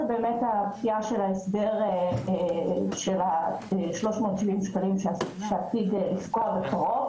היא פקיעת ההסדר של 370 שקלים שעתיד לפקוע בקרוב.